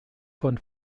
von